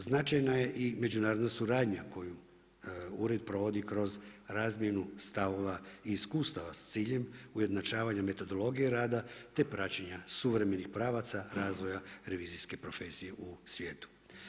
Značajna je i međunarodna suradnja koju ured provodi kroz razmjenu stavova i iskustava sa ciljem ujednačavanja metodologije rada te praćenja suvremenih pravaca razvoj revizijske profesije u svijetu.